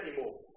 anymore